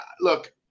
look